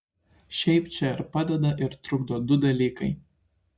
šiaip čia ir padeda ir trukdo du dalykai